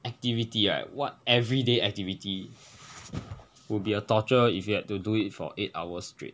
activity right what everyday activity would be a torture if you had to do it for eight hours straight